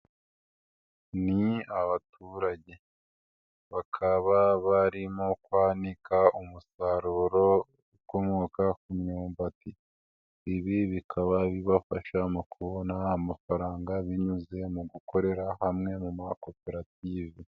Ni abaturage bakaba barimo kwanika umusaruro ukomoka ku myumbati, ibi bikaba bibafasha mu kubona amafaranga binyuze mu gukorera hamwe mu makoperative.